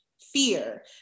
fear